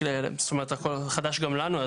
הכול חדש גם לנו,